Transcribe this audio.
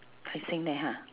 he saying that ha